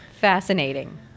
fascinating